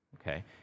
Okay